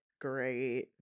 great